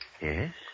Yes